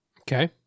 Okay